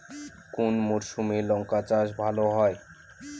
কোন মরশুমে লঙ্কা চাষ ভালো হয়?